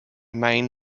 main